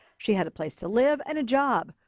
she had a place to live and a job.